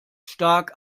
stark